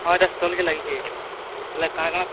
ହଁ ଏଇଟା ଷ୍ଟଲ୍କେ ଲାଗିଛି ହେଲେ କାଣ କାଣ